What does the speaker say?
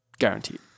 Guaranteed